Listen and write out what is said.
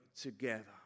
together